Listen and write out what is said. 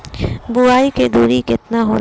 बुआई के दूरी केतना होला?